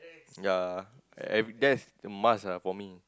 ya every that's a must ah for me